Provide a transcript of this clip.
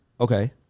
Okay